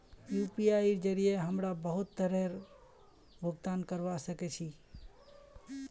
यूपीआईर जरिये हमरा बहुत तरहर भुगतान करवा सके छी